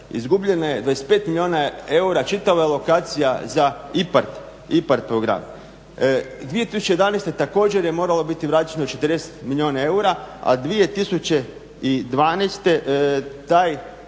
Izgubljeno je 25 milijuna eura čitave lokacija za IPARD program. 2011.također je moralo biti vraćeno 40 milijuna eura a 2012.taj